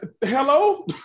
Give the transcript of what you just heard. Hello